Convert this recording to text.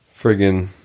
friggin